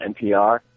NPR